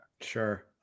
sure